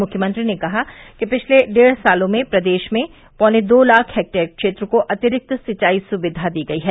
मुख्यमंत्री ने कहा कि पिछले डेढ़ सालों में प्रदेश में पौने दो लाख हेक्टेयर क्षेत्र को अतिरिक्त सिंचाई सुविधा दी गई है